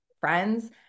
friends